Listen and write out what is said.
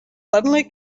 suddenly